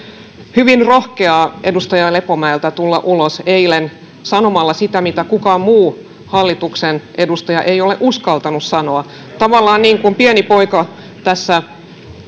hyvin rohkeaa edustaja lepomäeltä tulla ulos eilen sanomalla se mitä kukaan muu hallituksen edustaja ei ole uskaltanut sanoa tavallaan niin kuin pieni poika tässä